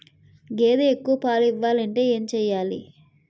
గేదె ఎక్కువ పాలు ఇవ్వాలంటే ఏంటి చెయాలి?